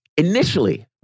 Initially